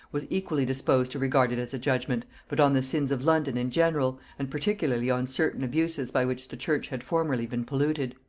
was equally disposed to regard it as a judgement, but on the sins of london in general, and particularly on certain abuses by which the church had formerly been polluted.